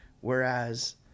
Whereas